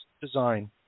design